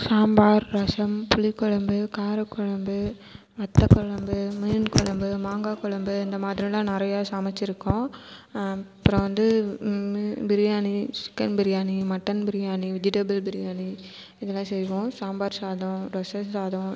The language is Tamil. சாம்பார் ரசம் புளிக் குழம்பு காரக் குழம்பு வத்தக் கொழம்பு மீன் குழம்பு மாங்காய் குழம்பு இந்த மாதிரியெலாம் நிறையா சமைச்சுருக்கோம் அப்புறம் வந்து biryani chicken biryani mutton biryani vegetable biryani இதெல்லாம் செய்வோம் சாம்பார் சாதம் ரசம் சாதம்